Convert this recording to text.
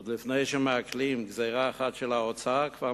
עוד לפני שהם מעכלים גזירה אחת של האוצר, הם כבר